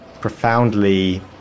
profoundly